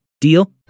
Deal